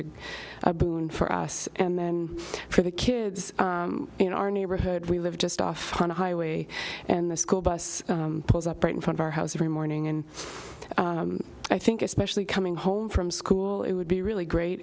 such a boon for us and then for the kids in our neighborhood we live just off on a highway and the school bus pulls up right in front of our house every morning and i think especially coming home from school it would be really great